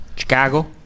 Chicago